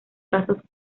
casos